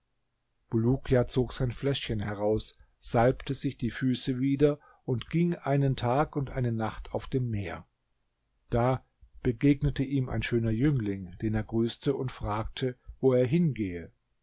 bulukia zog sein fläschchen heraus salbte sich die füße wieder und ging einen tag und eine nacht auf dem meer da begegnete ihm ein schöner jüngling den er grüßte und fragte wo er hingehe